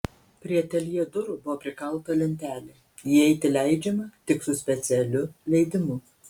prie ateljė durų buvo prikalta lentelė įeiti leidžiama tik su specialiu leidimu